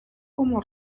como